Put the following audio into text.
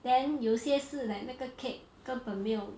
then 有些是 like 那个 cake 根本没有